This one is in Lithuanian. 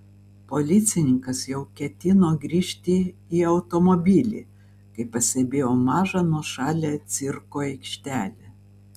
policininkas jau ketino grįžti į automobilį kai pastebėjo mažą nuošalią cirko aikštelę